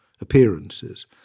appearances